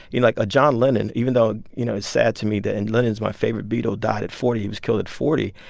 you know, like, a john lennon, even though, you know, it's sad to me that and lennon's my favorite beatle died at forty. he was killed at forty,